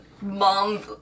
mom